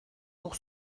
pour